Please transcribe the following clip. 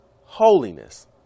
holiness